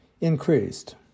increased